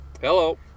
Hello